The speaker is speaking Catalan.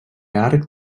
arc